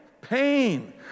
pain